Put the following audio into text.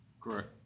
Correct